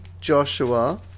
Joshua